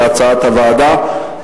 כהצעת הוועדה,